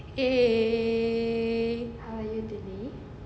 eh